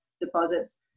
deposits